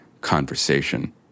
conversation